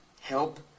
Help